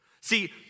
See